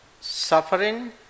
suffering